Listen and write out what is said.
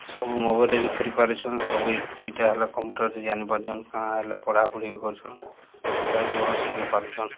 ସବୁ ମୋବାଇଲ୍ରେ ବି କରିପାରୁଛନ୍ ସବୁ ଇଟା ହେଲା କମ୍ପ୍ୟୁଟର୍ରେ ଜାଣିପାରୁଚନ୍ କାଣା ହେଲେ ପଢ଼ାପଢ଼ି ବି କରୁଛନ୍ ସେଟା ବି ଯୁବକମାନେ ଶିଖି ପାରୁଚନ୍